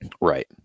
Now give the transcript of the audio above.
Right